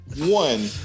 one